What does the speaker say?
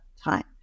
time